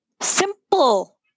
simple